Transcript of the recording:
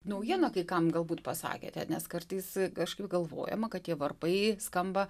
naujieną kai kam galbūt pasakėte nes kartais kažkaip galvojama kad tie varpai skamba